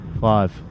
Five